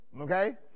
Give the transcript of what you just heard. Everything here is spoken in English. Okay